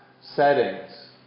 settings